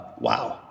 wow